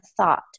thought